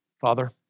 Father